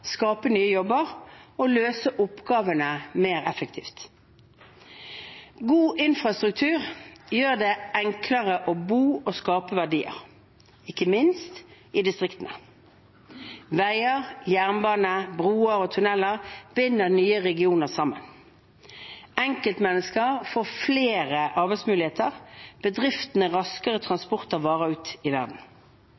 skape nye jobber og løse oppgavene mer effektivt. God infrastruktur gjør det enklere å bo og skape verdier, ikke minst i distriktene. Veier, jernbane, broer og tuneller binder nye regioner sammen. Enkeltmennesker får flere arbeidsmuligheter og bedrifter raskere